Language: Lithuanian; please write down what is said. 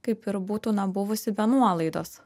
kaip ir būtų na buvusi be nuolaidos